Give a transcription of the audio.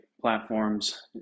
platforms